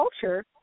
culture